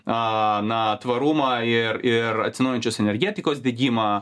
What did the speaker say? a na tvarumą ir ir atsinaujinančios energetikos diegimą